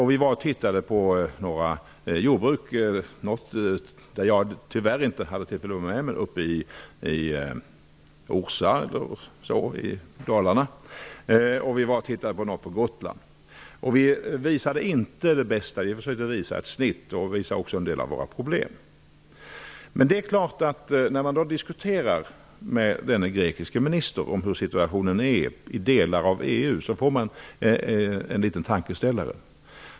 Han fick besöka några jordbruk i Orsatrakten i Dalarna och även något jordbruk på Gotland. Vi visade inte upp det bästa vi har, utan vi ville visa ett genomsnitt och även en del av våra problem. Vid diskussioner med denne grekiske minister om situationen i delar av EU får man en liten tankeställare.